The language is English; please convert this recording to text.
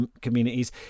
communities